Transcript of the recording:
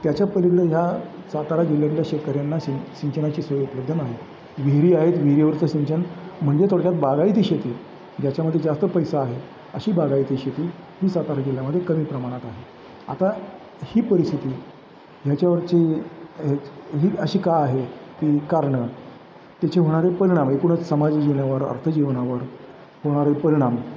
त्याच्या पलीकडं ह्या सातारा जिल्ह्यातल्या शेतकऱ्यांना सि सिंचनाची सोय उपलब्ध नाही विहिरी आहेत विहिरीवरचं सिंचन म्हणजे थोडक्यात बागायती शेती ज्याच्यामध्ये जास्त पैसा आहे अशी बागायती शेती ही सातारा जिल्ह्यामध्ये कमी प्रमाणात आहे आता ही परिस्थिती ह्याच्यावरची ही अशी का आहे ती कारणं त्याचे होणारे परिणाम एकूणच समाज जिल्ह्यावर अर्थ जीवनावर होणारे परिणाम